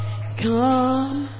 Come